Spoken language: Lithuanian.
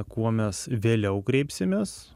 kuo mes vėliau kreipsimės